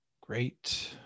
Great